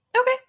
Okay